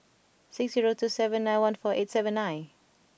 six zero two seven nine one four eight seven nine